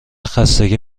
خستگی